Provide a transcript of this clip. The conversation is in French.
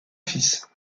fils